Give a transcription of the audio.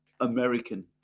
american